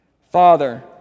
Father